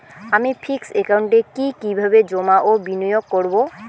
আমি ফিক্সড একাউন্টে কি কিভাবে জমা ও বিনিয়োগ করব?